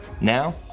Now